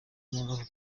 umurava